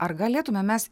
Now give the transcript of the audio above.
ar galėtume mes